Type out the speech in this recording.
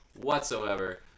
whatsoever